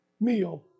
meal